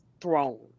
throne